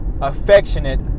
affectionate